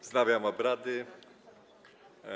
Wznawiam obrady.